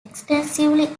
extensively